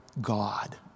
God